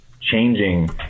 changing